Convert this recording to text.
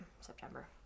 September